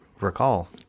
recall